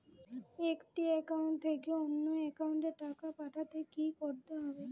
একটি একাউন্ট থেকে অন্য একাউন্টে টাকা পাঠাতে কি করতে হবে?